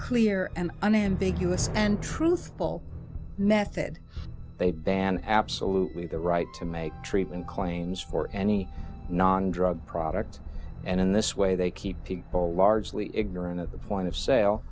clear and unambiguous and truthful method they ban absolutely the right to make treatment claims for any non drug product and in this way they keep people largely ignorant of the point of sale